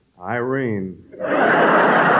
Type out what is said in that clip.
Irene